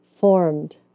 formed